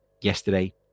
yesterday